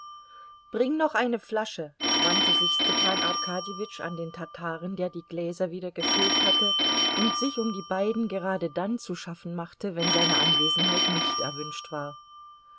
bring noch eine flasche wandte sich stepan arkadjewitsch an den tataren der die gläser wieder gefüllt hatte und sich um die beiden gerade dann zu schaffen machte wenn seine anwesenheit nicht erwünscht war